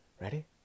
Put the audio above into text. Ready